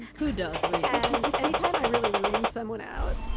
who does read? and anytime i really read someone out,